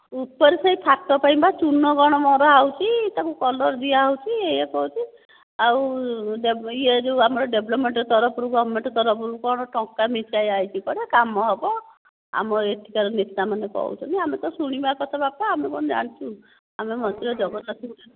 ଉପରେ ସେହି ଫାଟ ପାଇଁ ପା ଚୁନ କ'ଣ ମରା ହେଉଛି ତାକୁ କଲର ଦିଆ ହେଉଛି ଇଏ ହଉଛି ଆଉ ଇଏ ଯେଉଁ ଆମର ଡେଭେଲପମେଣ୍ଟ ତରଫରୁ ଗମେଣ୍ଟ ତରଫ ରୁ କ'ଣ ଟଙ୍କା ମିଶାଇ ଆସିଛି କୁଆଡ଼େ କାମ ହେବ ଆମ ଏଠିକାର ନେତା ମାନେ କହୁଛନ୍ତି ଆମେ ତ ଶୁଣିବା କଥା ବାପା ଆମେ କ'ଣ ଜାଣିଛୁ ଆମେ ମାତ୍ର ଜଗନ୍ନାଥ